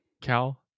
Cal